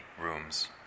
rooms